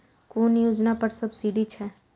कुन योजना पर सब्सिडी छै?